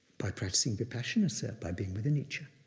by practicing vipassana, sir, by being with anicca.